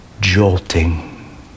jolting